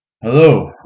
Hello